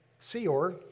seor